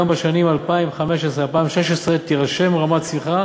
גם בשנים 2015 2016 תירשם רמת צמיחה